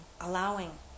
allowing